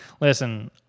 Listen